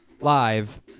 live